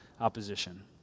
opposition